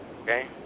Okay